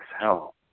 hell